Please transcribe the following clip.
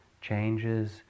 changes